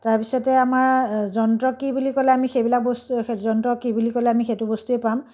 তাৰ পিছতে আমাৰ যন্ত্ৰ কি বুলি ক'লে আমি সেইবিলাক বস্তু সেই যন্ত্ৰ কি বুলি ক'লে আমি সেইটো বস্তুৱেই পাম